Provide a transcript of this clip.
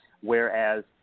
Whereas